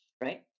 right